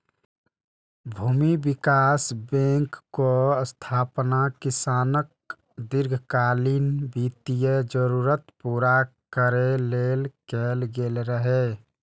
भूमि विकास बैंकक स्थापना किसानक दीर्घकालीन वित्तीय जरूरत पूरा करै लेल कैल गेल रहै